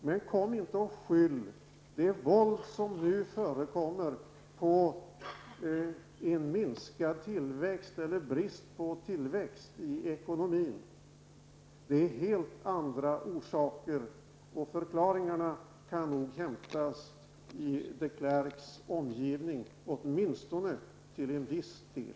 Men kom inte och skyll det våld som nu förekommer på en brist på tillväxt i ekonomin. Det är helt andra orsaker, och förklaringarna kan nog hämtas i de Klerks omgivning, åtminstone till en viss del.